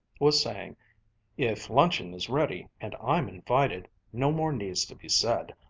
was saying if luncheon is ready, and i'm invited, no more needs to be said.